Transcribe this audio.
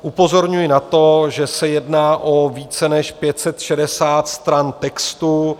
Upozorňuji na to, že se jedná o více než 560 stran textu.